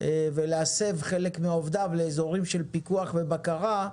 ולהסב חלק מעובדיו לאזורים של פיקוח ובקרה,